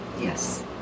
Yes